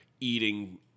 eating